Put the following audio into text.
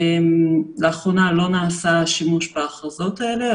לאחרונה, לא נעשה שימוש בהכרזות האלה.